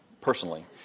personally